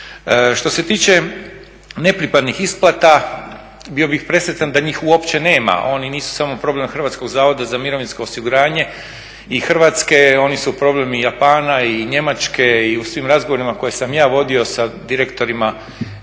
Što se tiče nepripadnih isplata, bio bih presretan da njih uopće nema, oni nisu samo problem Hrvatskog zavoda za mirovinsko osiguranje i Hrvatske, oni su problem i Japana i Njemačke i u svim razgovorima koje sam ja vodio sa direktorima mirovinskih